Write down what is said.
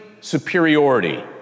superiority